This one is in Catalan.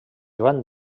joan